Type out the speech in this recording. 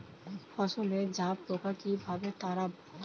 ফসলে জাবপোকা কিভাবে তাড়াব?